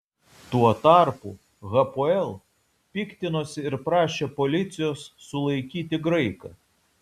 tuo tarpu hapoel piktinosi ir prašė policijos sulaikyti graiką